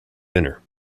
dinner